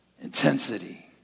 intensity